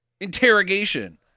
interrogation